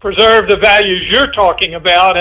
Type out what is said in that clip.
preserve the barriers you're talking about